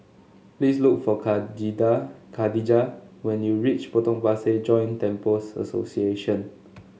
please look for Khadijah when you reach Potong Pasir Joint Temples Association